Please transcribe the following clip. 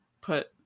put